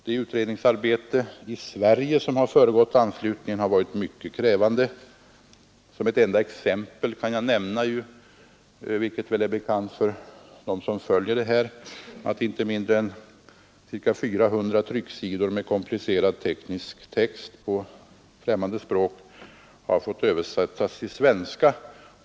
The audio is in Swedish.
Det utredningsarbete i Sverige som har föregått anslutningen har varit mycket krävande. Som exempel kan jag nämna — vilket väl är bekant för dem som följer med dessa frågor — att inte mindre än ca 400 trycksidor med komplicerad teknisk text på främmande språk har fått översättas till svenska.